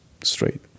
straight